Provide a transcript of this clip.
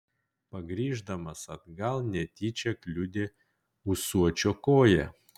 pargrįždamas atgal netyčia kliudė ūsuočio koją